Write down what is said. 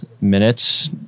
minutes